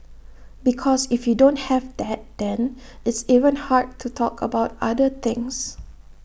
because if you don't have that then it's even hard to talk about other things